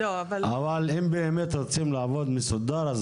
אבל אם באמת רוצים לעבוד מסודר,